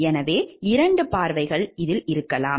எனவே 2 பார்வைகள் இருக்கலாம்